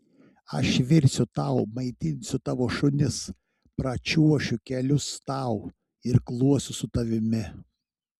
aš virsiu tau maitinsiu tavo šunis pračiuošiu kelius tau irkluosiu su tavimi